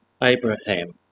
Abraham